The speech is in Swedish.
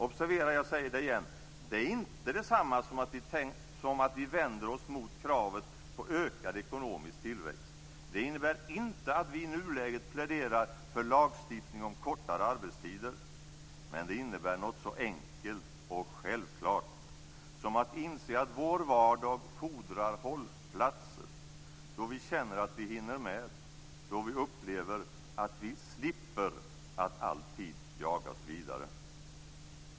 Observera - jag säger det igen: Det är inte detsamma som att vi vänder oss mot kravet på ökad ekonomisk tillväxt. Det innebär inte att vi i nuläget pläderar för lagstiftning om kortare arbetstider. Men det innebär något så enkelt och självklart som att inse att vår vardag fordar hållplatser då vi känner att vi hinner med och upplever att vi slipper att alltid jagas vidare.